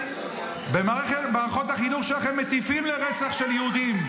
--- במערכות החינוך שלכם מטיפים לרצח של יהודים.